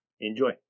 Enjoy